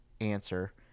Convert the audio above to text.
answer